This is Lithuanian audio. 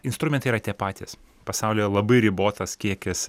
instrumentai yra tie patys pasaulyje labai ribotas kiekis